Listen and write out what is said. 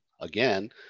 again